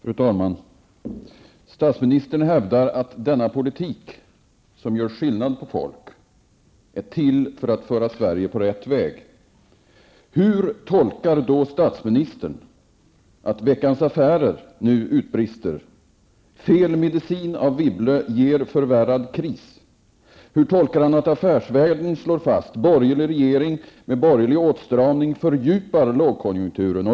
Fru talman! Statsministern hävdar att denna politik, som gör skillnad på folk, är till för att föra Sverige på rätt väg. Hur tolkar då statsministern att Veckans Affärer nu utbrister: Fel medicin av Wibble ger förvärrad kris? Hur tolkar han att Affärsvärlden slår fast: Borgerlig regering, med borgerlig åtstramning fördjupar, lågkonjunkturen?